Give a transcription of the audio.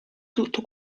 tutto